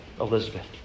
Elizabeth